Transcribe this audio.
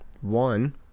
one